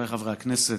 חבריי חברי הכנסת,